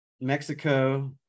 Mexico